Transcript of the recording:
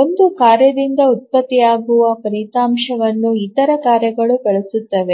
ಒಂದು ಕಾರ್ಯದಿಂದ ಉತ್ಪತ್ತಿಯಾಗುವ ಫಲಿತಾಂಶವನ್ನು ಇತರ ಕಾರ್ಯಗಳು ಬಳಸುತ್ತವೆ